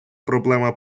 проблема